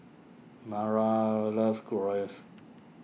Mara loves Gyros